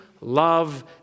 love